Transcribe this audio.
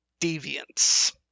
deviance